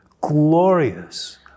glorious